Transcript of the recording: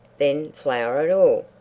then, flower at all?